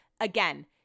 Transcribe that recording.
Again